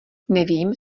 nevím